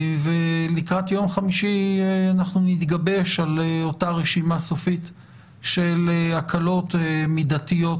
ולקראת יום חמישי אנחנו נתגבש על אותה רשימה סופית של הקלות מידתיות